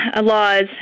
laws